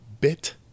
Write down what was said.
bit